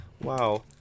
Wow